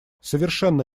совершенно